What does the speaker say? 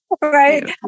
right